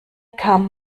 kam